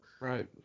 right